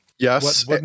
Yes